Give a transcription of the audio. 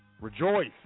rejoice